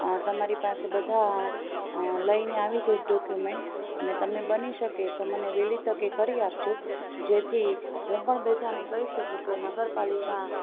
તમારી પાસે બધા લઈને આવી જઈશ ડોકયુમેંટ અને તમે બની શકે તો મને વહેલી તકે કરી આપજો જેથી હું પણ બધાને કહી શકું કે નગરપાલિકા